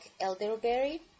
elderberry